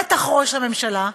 בטח ראש הממשלה,